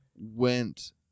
went